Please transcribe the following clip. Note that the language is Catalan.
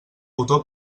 botó